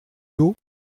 lot